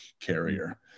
carrier